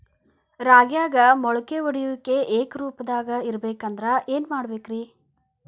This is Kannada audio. ರಾಗ್ಯಾಗ ಮೊಳಕೆ ಒಡೆಯುವಿಕೆ ಏಕರೂಪದಾಗ ಇರಬೇಕ ಅಂದ್ರ ಏನು ಮಾಡಬೇಕ್ರಿ?